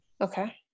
Okay